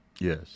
Yes